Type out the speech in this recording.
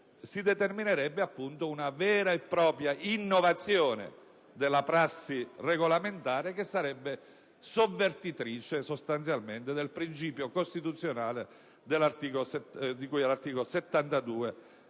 si determinerebbe appunto una vera e propria innovazione della prassi regolamentare, che sarebbe sostanzialmente sovvertitrice del principio costituzionale di cui all'articolo 72